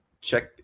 Check